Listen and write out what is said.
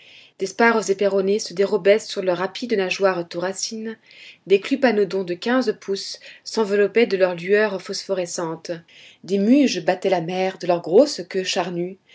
des spareséperonnés se dérobaient sous leur rapide nageoire thoracine des clupanodons de quinze pouces s'enveloppaient de leurs lueurs phosphorescentes des muges battaient la mer de leur grosse queue charnue